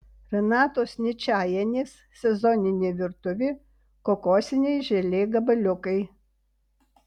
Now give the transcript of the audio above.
renatos ničajienės sezoninė virtuvė kokosiniai želė gabaliukai